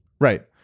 Right